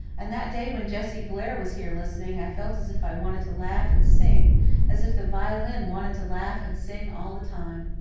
and that day when jessie blair was here listening i felt as if i wanted to laugh and sing as if the violin wanted to laugh and sing all the time.